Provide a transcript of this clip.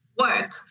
work